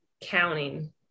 counting